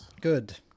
Good